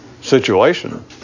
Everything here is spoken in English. situation